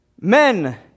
Men